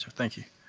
thank you.